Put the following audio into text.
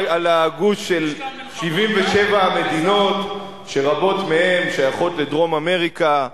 על הגוש של 77 המדינות שרבות מהן שייכות לדרום-אמריקה,